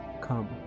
Come